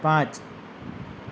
પાંચ